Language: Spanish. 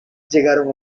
llegaron